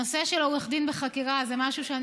הנושא של העורך דין בחקירה זה משהו שאני